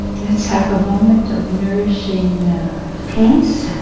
let's have a moment of nourishing peace